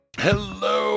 Hello